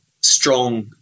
strong